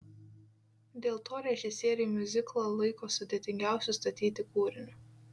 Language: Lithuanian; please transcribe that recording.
dėl to režisieriai miuziklą laiko sudėtingiausiu statyti kūriniu